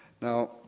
now